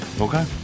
Okay